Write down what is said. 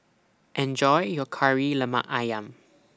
Enjoy your Kari Lemak Ayam